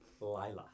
Lila